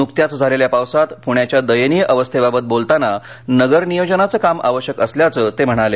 नुकत्याच झालेल्या पावसात पुण्याच्या दयनीय अवस्थेबाबत बोलताना नगर नियोजनाचं काम आवश्यक असल्याचं ते म्हणाले